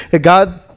God